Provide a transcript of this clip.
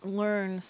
learn